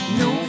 no